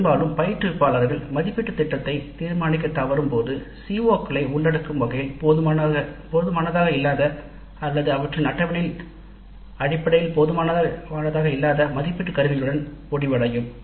பெரும்பாலும் பயிற்றுனர்கள் மதிப்பீட்டுத் திட்டத்தை தீர்மானிக்கத் தவறும் போது அவை CO களை உள்ளடக்கும் வகையில் போதுமானதாக இல்லாத அல்லது அவற்றின் அட்டவணையின் அடிப்படையில் போதுமானதாக மதிப்பீட்டு கருவிகளை உருவாக்கும்